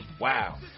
Wow